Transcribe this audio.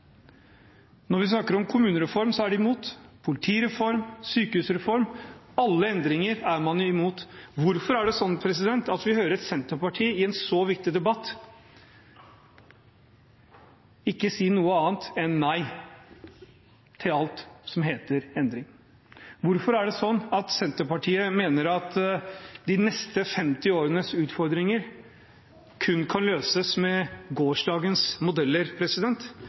Når vi snakker om kommunereform, er de imot. Politireform, sykehusreform – alle endringer er man imot. Hvorfor er det sånn at vi hører et senterparti, i en så viktig debatt, ikke si noe annet enn nei til alt som heter endring? Hvorfor er det sånn at Senterpartiet mener at de neste 50 års utfordringer kun kan løses med gårsdagens modeller?